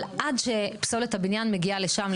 אבל עד שפסולת הבניין מגיעה לשם,